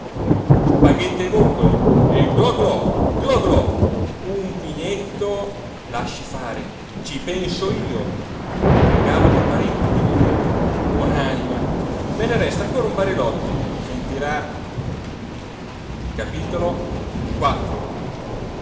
ai vongoli e glo glo glo glo un vinetto lasci fare ci penso io regalo dei parenti di mia moglie buon'anima me ne resta ancora un barilotto sentirà